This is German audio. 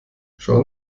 schauen